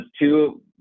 two